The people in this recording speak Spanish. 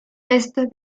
estos